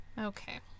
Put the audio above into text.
Okay